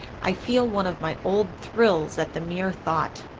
i feel one of my old thrills at the mere thought.